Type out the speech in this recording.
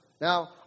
Now